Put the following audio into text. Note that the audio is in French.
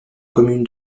commune